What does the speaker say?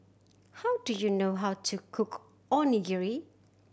how do you know how to cook Onigiri